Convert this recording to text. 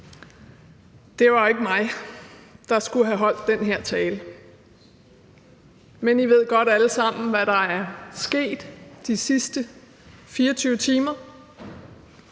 det var jo ikke mig, der skulle have holdt den her tale, men I ved godt alle sammen, hvad der er sket de sidste 24 timer.